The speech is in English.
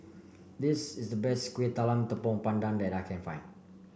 this is the best Kueh Talam Tepong Pandan that I can find